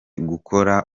gukora